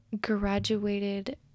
graduated